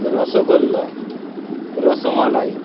rasgulla rasmalai